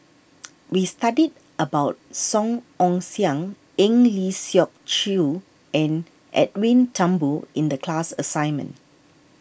we studied about Song Ong Siang Eng Lee Seok Chee and Edwin Thumboo in the class assignment